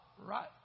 Right